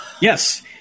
yes